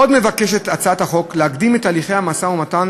עוד מבקשת הצעת החוק להקדים את הליכי המשא-ומתן